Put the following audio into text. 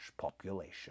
population